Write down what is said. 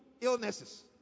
illnesses